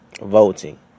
voting